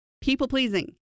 people-pleasing